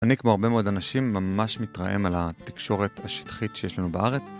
אני כמו הרבה מאוד אנשים ממש מתרעם על התקשורת השטחית שיש לנו בארץ.